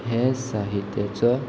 हें साहित्याचो